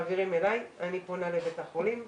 מעבירים אלי ואני פונה לבית החולים,